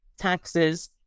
taxes